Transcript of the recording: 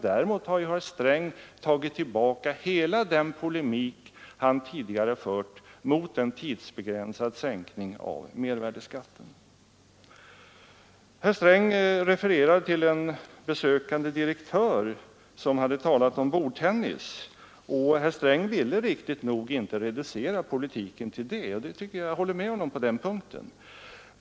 Däremot har herr Sträng tagit tillbaka hela den polemik som han tidigare fört mot en tidsbegränsad sänkning av mervärdeskatten. Herr Sträng refererar till en besökande direktör som hade talat om bordtennis. Herr Sträng ville riktigt nog inte reducera politiken till bordtennis, och jag håller med honom på den punkten.